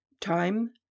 Time